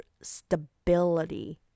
stability